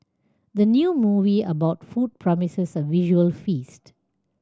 the new movie about food promises a visual feast